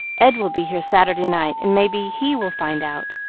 ed will be here saturday night and may be he will find out,